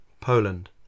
Poland